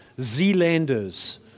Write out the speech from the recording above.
Zealanders